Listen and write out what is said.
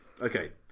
Okay